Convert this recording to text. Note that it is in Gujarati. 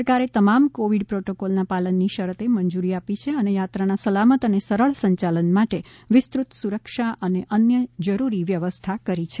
સરકારે તમામ કોવિડ પ્રોટોકોલના પાલનની શરતે મંજુરી આપી છે અને યાત્રાના સલામત અને સરળ સંયાલન માટે વિસ્તૃત સુરક્ષા અને અન્ય જરૂરી વ્યવસ્થા કરી છે